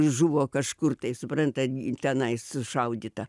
žuvo kažkur tai suprantat tenai sušaudyta